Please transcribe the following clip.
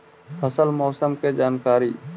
फसल मौसम के जानकारी?